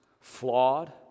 flawed